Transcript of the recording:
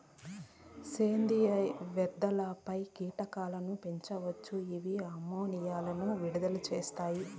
సేంద్రీయ వ్యర్థాలపై కీటకాలను పెంచవచ్చు, ఇవి అమ్మోనియాను విడుదల చేస్తాయి